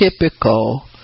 typical